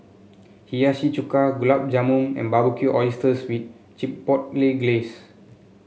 Hiyashi Chuka Gulab Jamun and Barbecued Oysters with Chipotle Glaze